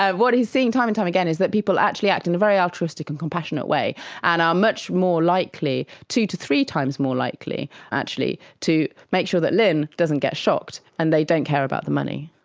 ah what he is seeing time and time again is that people actually act in a very altruistic and compassionate way and are much more likely, two to three times more likely actually to make sure that lynne doesn't get shocked and they don't care about the money.